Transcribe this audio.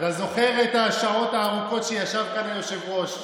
אתה זוכר את השעות הארוכות שישב כאן היושב-ראש?